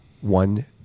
One